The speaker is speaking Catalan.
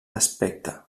aspecte